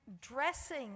dressing